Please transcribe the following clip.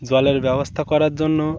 জলের ব্যবস্থা করার জন্য